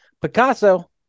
Picasso